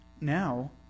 Now